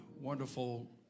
wonderful